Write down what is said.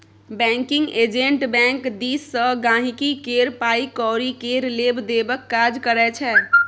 banking agent bank दिस सँ गांहिकी केर पाइ कौरी केर लेब देबक काज करै छै